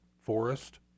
Forest